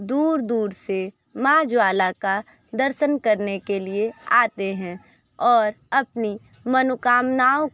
दूर दूर से माँ ज्वाला का दर्शन करने के लिए आते हैं और अपनी मनोकामनाओं